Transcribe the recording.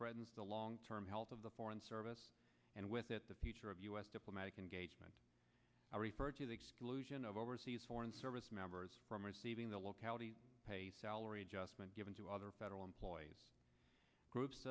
threatens the long term health of the foreign service and with it the future of u s diplomatic engagement i referred to the exclusion of overseas foreign service members from receiving the localities pay salaries just been given to other federal employees groups